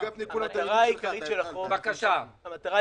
בבקשה,